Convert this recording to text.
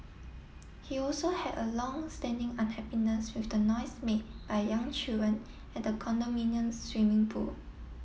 he also had a long standing unhappiness with the noise made by young children at the condominium's swimming pool